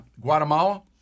Guatemala